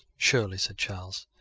surely, said charles,